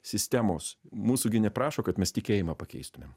sistemos mūsų gi neprašo kad mes tikėjimą pakeistumėm